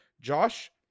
Josh